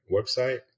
website